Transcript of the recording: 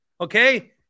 okay